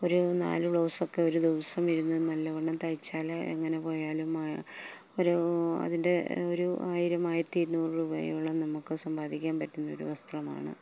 ഒരു നാല് ബ്ലൗസൊക്കെ ഒരു ദിവസമിരുന്ന് നല്ലവണ്ണം തയ്ച്ചാല് എങ്ങനെപോയാലും ഒരു അതിൻ്റെ ഒരു ആയിരം ആയിരത്തി ഇരുന്നൂറ് രൂപയോളം നമുക്ക് സമ്പാദിക്കാൻ പറ്റുന്ന ഒരു വസ്ത്രമാണ്